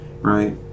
right